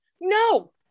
No